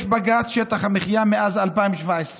יש בג"ץ שטח המחיה מאז 2017,